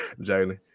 Jalen